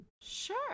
Sure